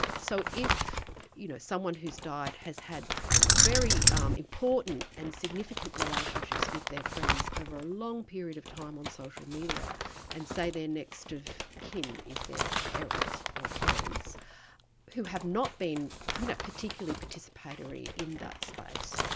so if you know someone who has died has had very um important and significant relationships with their friends over a long period of time on social media and, say, their next of kin is their parent or parents who have not been you know particularly participatory in that space,